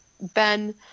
Ben